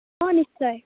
অঁ নিশ্চয়